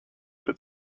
but